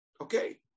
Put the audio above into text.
Okay